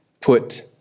put